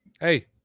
hey